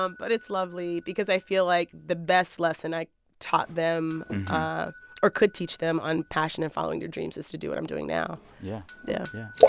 um but it's lovely because i feel like the best lesson i taught them or could teach them on passion and following your dreams is to do what i'm doing now yeah yeah yeah.